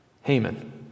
Haman